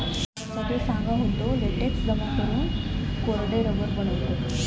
सदो सांगा होतो, लेटेक्स जमा करून कोरडे रबर बनवतत